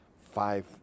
five